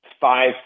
five